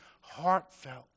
heartfelt